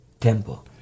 Tempo